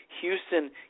Houston